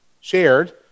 shared